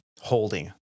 holding